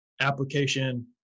application